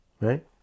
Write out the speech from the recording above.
Right